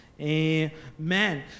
Amen